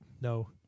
No